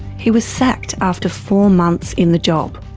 he was sacked after four months in the job.